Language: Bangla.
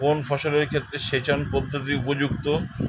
কোন ফসলের ক্ষেত্রে সেচন পদ্ধতি উপযুক্ত?